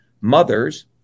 mothers